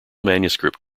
manuscript